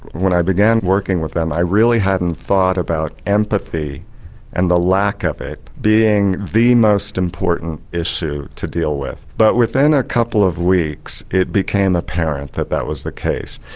when i began working with them, i really hadn't thought about empathy and the lack of it being the most important issue to deal with. but within a couple of weeks it became apparent that that was the case.